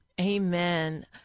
Amen